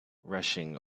rushing